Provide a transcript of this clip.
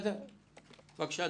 בבקשה,